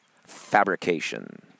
Fabrication